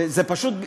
ופשוט,